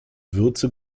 würze